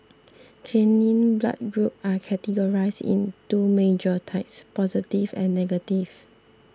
canine blood groups are categorised into two major types positive and negative